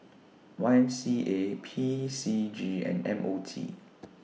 Y M C A P C G and M O T